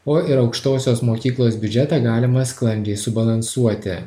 o ir aukštosios mokyklos biudžetą galima sklandžiai subalansuoti